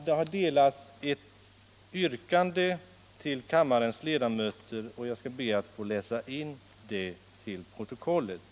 Det yrkande som jag här vill ställa har redan utdelats till kammarens ledamöter och jag skall nu be att få läsa in det till protokollet.